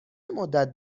مدت